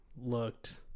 looked